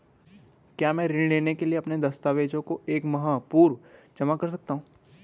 क्या मैं ऋण लेने के लिए अपने दस्तावेज़ों को एक माह पूर्व जमा कर सकता हूँ?